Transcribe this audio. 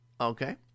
Okay